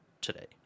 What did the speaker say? today